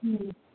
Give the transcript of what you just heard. ꯎꯝ